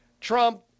Trump